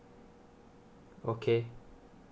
okay